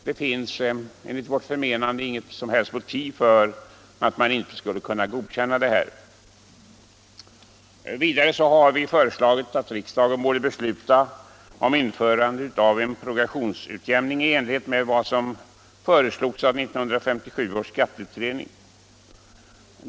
Det finns enligt vårt förmenande inget som helst motiv för att inte godkänna detta. Vidare har vi föreslagit att riksdagen skall besluta om införande av en progressionsutjämning i enlighet med vad som föreslogs av 1957 års skatteutredning.